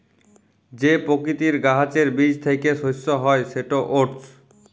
যে পকিতির গাহাচের বীজ থ্যাইকে শস্য হ্যয় সেট ওটস